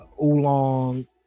Oolong